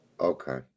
okay